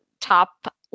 top